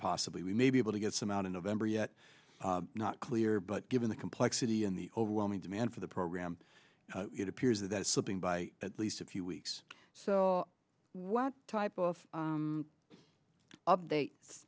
possibly we may be able to get some out in november yet not clear but given the complexity and the overwhelming demand for the program it appears that is slipping by at least a few weeks so what type of update